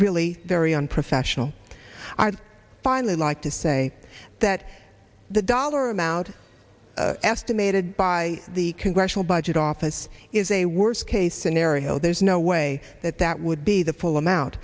really very unprofessional our finally like to say that the dollar amount estimated by the congressional budget office is a worst case scenario there's no way that that would be the full amount